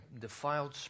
defiled